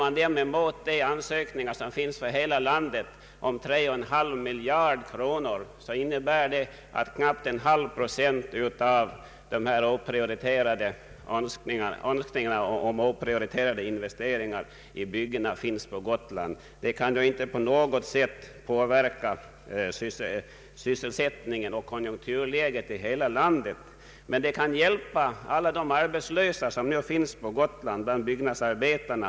Av de ansökningar som föreligger i hela landet på 3,5 miljarder kronor kommer knappt en halv procent av önskemålen om oprioriterade byggnadsinvesteringar från Gotland. Detta kan inte på något sätt påverka sysselsättningen och konjunkturläget i hela landet. Däremot kan de arbetslösa byggnadsarbetarna på Gotland få hjälp till sysselsättning.